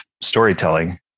storytelling